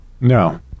No